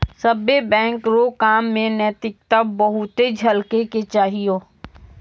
सभ्भे बैंक रो काम मे नैतिकता बहुते झलकै के चाहियो